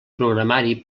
programari